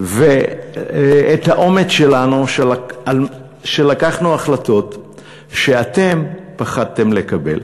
את האומץ שלנו לקחת החלטות שאתם פחדתם לקבל.